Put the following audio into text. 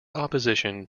opposition